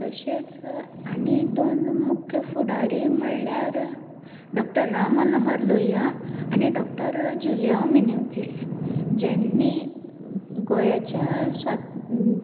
तशेंच आनी दोन मुख्य फुडारी म्हणल्यार डॉक्टर राम मनोहर लोहिया आनी डॉक्टर जुलियांव मिनेझीस ज्यांणी गोंयाच्या स्वातंत्र्या